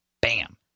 bam